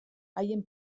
haien